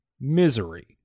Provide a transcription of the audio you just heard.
Misery